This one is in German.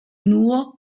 nur